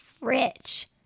rich